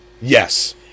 yes